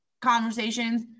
conversations